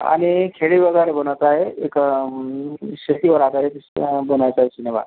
आणि खेडी वगैरे बनवायचा आहे एक शेतीवर आधारित बनवायचा आहे सिनेमा